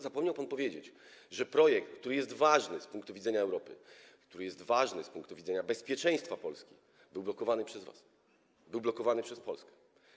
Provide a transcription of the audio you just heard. Zapomniał pan powiedzieć, że projekt, który jest ważny z punktu widzenia Europy, który jest ważny z punktu widzenia bezpieczeństwa Polski, był blokowany przez was, był blokowany przez Polskę.